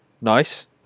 Nice